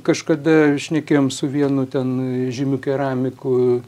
kažkada šnekėjom su vienu ten žymiu keramiku